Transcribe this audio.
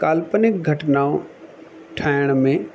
काल्पनिक घटनाऊं ठाहिण में